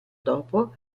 dopo